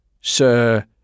Sir